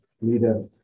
leader